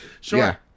Sure